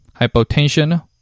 hypotension